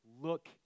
look